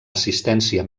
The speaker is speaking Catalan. assistència